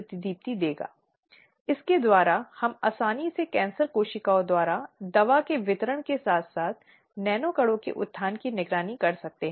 इसलिए उन्हें पूरी तरह से तैयार होना चाहिए और उन्हें पता होना चाहिए कि जैसे ही शिकायत आती है उन्हें आगे बढ़ने के लिए कैसे जाना है